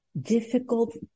difficult